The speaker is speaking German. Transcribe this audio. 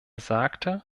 sagte